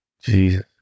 Jesus